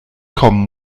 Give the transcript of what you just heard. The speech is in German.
kommen